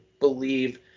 believe